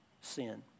sin